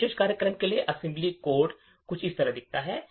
इस विशेष कार्यक्रम के लिए assembly कोड कुछ इस तरह दिखता है